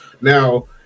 now